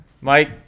Mike